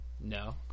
No